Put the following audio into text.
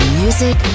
music